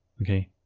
okay.